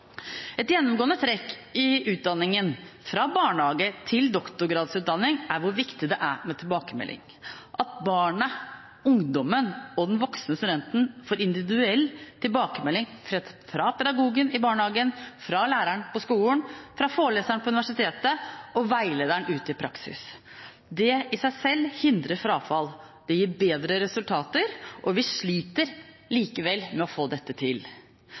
Et gjennomgående trekk i utdanningen, fra barnehage til doktorgradsutdanning, er hvor viktig det er med tilbakemelding – at barnet, ungdommen og den voksne studenten får individuell tilbakemelding fra pedagogen i barnehagen, fra læreren på skolen, fra foreleseren på universitetet og fra veilederen ute i praksis. Det i seg selv hindrer frafall, og det gir bedre resultater. Vi sliter likevel med å få dette til.